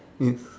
ya